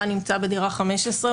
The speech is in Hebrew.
רן נמצא בדירה 15,